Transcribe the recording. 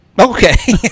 okay